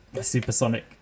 supersonic